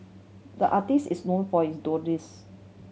the artist is known for his